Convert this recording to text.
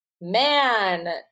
man